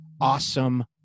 awesome